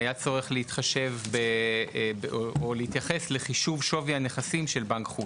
היה צורך להתחשב או להתייחס לחישוב שווי הנכסים של בנק חוץ.